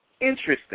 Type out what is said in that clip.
Interesting